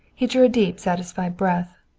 he drew a deep satisfied breath.